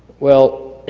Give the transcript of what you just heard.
well,